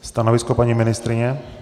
Stanovisko paní ministryně?